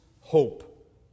hope